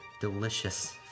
delicious